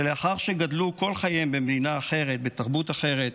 ולאחר שגדלו כל חייהם במדינה אחרת, בתרבות אחרת,